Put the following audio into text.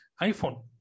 iPhone